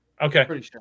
Okay